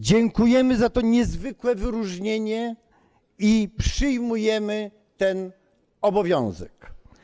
Dziękujemy za to niezwykłe wyróżnienie i przyjmujemy ten obowiązek.